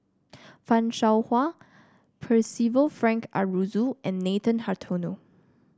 Fan Shao Hua Percival Frank Aroozoo and Nathan Hartono